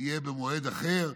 יהיו במועד אחר.